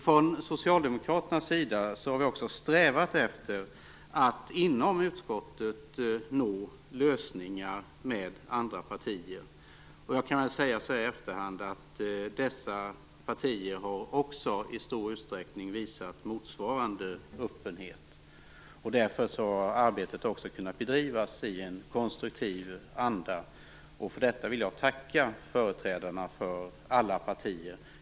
Från Socialdemokraternas sida har vi strävat efteratt inom utskottet nå lösningar med andra partier. Jag kan säga så här i efterhand att dessa partier också i stor utsträckning har visat motsvarande öppenhet. Därför har arbetet kunnat bedrivas i en konstruktiv anda. För detta vill jag tacka företrädarna för alla partier.